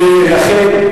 לכן,